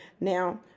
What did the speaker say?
Now